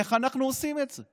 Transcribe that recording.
איך אנחנו עושים את זה?